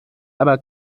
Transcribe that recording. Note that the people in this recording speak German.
aber